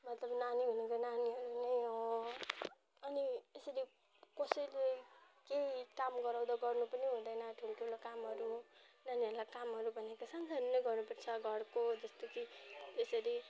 मतलब नानी भनेको नानीहरू नै हो अनि यसरी कसैले केही काम गराउँदा गर्नु पनि हुँदैन ठुल्ठुलो कामहरू नानीहरूलाई कामहरू भनेको सानो सानो नै गराउनु पर्छ घरको जस्तो कि त्यसरी